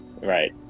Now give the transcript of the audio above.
Right